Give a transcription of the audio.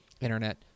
internet